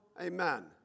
amen